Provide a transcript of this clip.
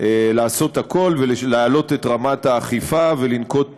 לעשות הכול ולהעלות את רמת האכיפה ולנקוט פעולות,